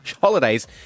holidays